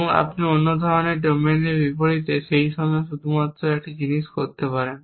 এবং আপনি অন্য ধরণের ডোমেনের বিপরীতে সেই সময়ে শুধুমাত্র একটি জিনিস করতে পারেন